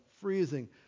freezing